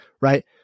right